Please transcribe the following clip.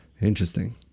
Interesting